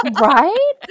right